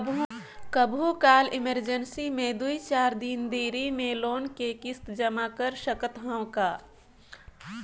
कभू काल इमरजेंसी मे दुई चार दिन देरी मे लोन के किस्त जमा कर सकत हवं का?